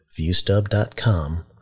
viewstub.com